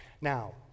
Now